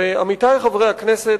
ועמיתי חברי הכנסת,